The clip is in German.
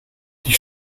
die